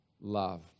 love